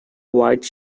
white